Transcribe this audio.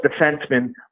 defenseman